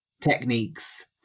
techniques